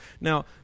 Now